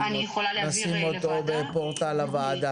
ונשים אותו בפורטל הוועדה.